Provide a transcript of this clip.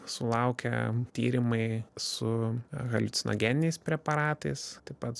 sulaukę tyrimai su haliucinogeniniais preparatais taip pat